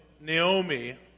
Naomi